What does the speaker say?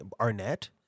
Arnett